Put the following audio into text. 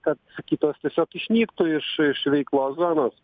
kad kitos tiesiog išnyktų iš iš veiklos zonos